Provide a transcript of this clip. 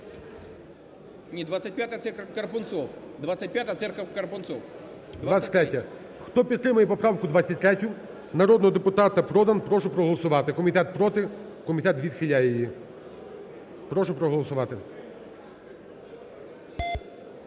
Ні, 25-а – це Карпунцов. 25-а – це Карпунцов. ГОЛОВУЮЧИЙ. 23-я. Хто підтримує поправку 23, народного депутата Продан, прошу проголосувати. Комітет проти, комітет відхиляє її. Прошу проголосувати.